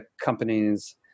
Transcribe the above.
companies